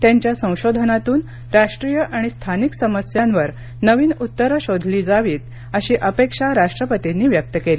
त्यांच्या संशोधनातून राष्ट्रीय आणि स्थानिक समस्यांवर नवीन उत्तरं शोधली जावीत अशी अपेक्षा राष्ट्रपतींनी व्यक्त केली